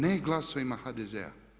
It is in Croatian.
Ne glasovima HDZ-a.